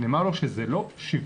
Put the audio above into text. נאמר לו שזה לא שוויוני.